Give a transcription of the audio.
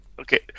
okay